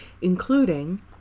including